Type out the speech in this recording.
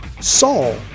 Saul